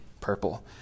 purple